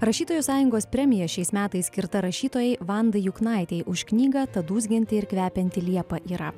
rašytojų sąjungos premija šiais metais skirta rašytojai vandai juknaitei už knygą ta dūzgianti ir kvepianti liepa yra